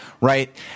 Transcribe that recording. Right